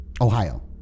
Ohio